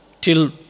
Till